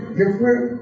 different